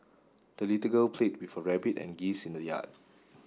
the little girl played with her rabbit and geese in the yard